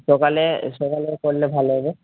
সকালে সকালে করলে ভালো হবে